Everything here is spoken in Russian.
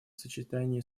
сочетании